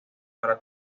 para